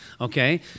Okay